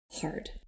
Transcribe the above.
hard